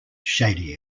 shady